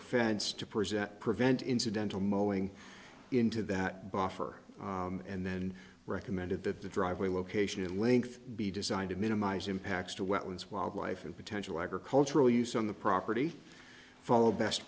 a fence to present prevent incidental mulling into that buffer and then recommended that the driveway location and length be designed to minimize impacts to wetlands wildlife and potential agricultural use on the property follow best